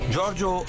Giorgio